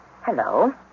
Hello